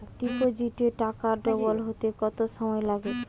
ডিপোজিটে টাকা ডবল হতে কত সময় লাগে?